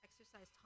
exercise